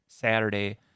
Saturday